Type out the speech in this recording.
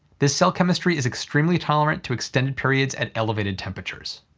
this cell chemistry is extremely tolerant to extended periods at elevated temperatures.